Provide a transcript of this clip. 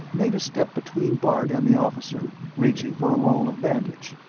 meta stepped between bart and the officer, reaching for a roll of bandage.